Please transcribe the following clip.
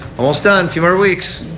almost done. few more weeks.